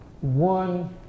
one